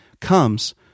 comes